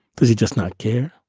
does he just not care?